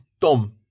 Tom